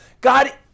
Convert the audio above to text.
God